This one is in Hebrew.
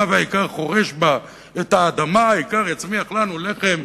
/ והאיכר חורש בה / את האדמה / האיכר יצמיח לנו לחם",